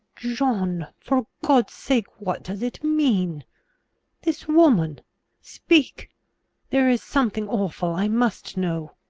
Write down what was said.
john, for god's sake what does it mean this woman speak there is something awful, i must know.